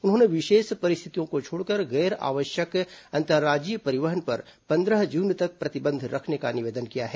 उन्होंने विशेष परिस्थितियों को छोड़कर गैर आवश्यक अंतर्राज्यीय परिवहन पर पंद्रह जून तक प्रतिबंध रखने का निवेदन किया है